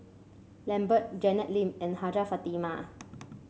Lambert Janet Lim and Hajjah Fatimah